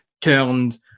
turned